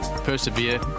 persevere